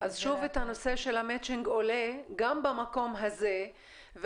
אז שוב הנושא של המצ'ינג עולה גם במקום הזה.